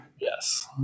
Yes